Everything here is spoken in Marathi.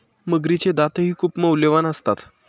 मगरीचे दातही खूप मौल्यवान असतात